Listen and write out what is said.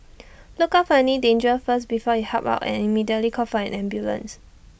look out any danger first before you help out and immediately call for an ambulance